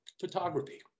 photography